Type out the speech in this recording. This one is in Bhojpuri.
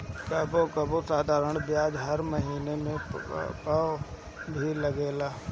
कबो कबो साधारण बियाज हर महिना पअ भी लागेला